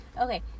Okay